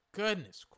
goodness